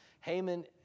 Haman